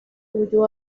huyó